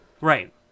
Right